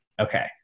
Okay